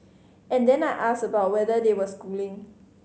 and then I asked about whether they were schooling